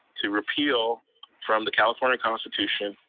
to repeal from the california constitution,